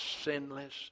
sinless